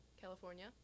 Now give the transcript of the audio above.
California